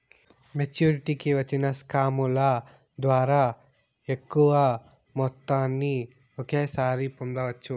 మెచ్చురిటీకి వచ్చిన స్కాముల ద్వారా ఎక్కువ మొత్తాన్ని ఒకేసారి పొందవచ్చు